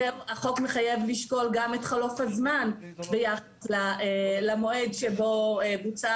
החוק מחייב לשקול גם את חלוף הזמן ביחס למועד שבו בוצעה